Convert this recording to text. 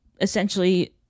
essentially